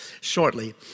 shortly